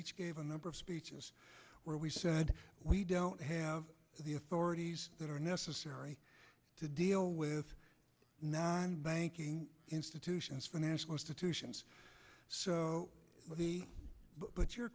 each gave a number of speeches where we said we don't have the authorities that are necessary to deal with nine banking institutions financial institutions so the but your